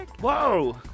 Whoa